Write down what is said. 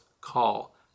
call